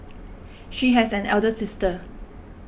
she has an elder sister